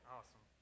Awesome